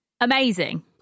amazing